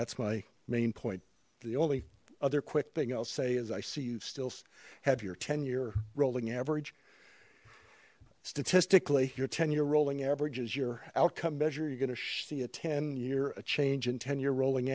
that's my main point the only other quick thing i'll say is i see you still have your ten year rolling average statistically your ten year rolling average is your outcome measure you're gonna see a ten year a change in ten year rolling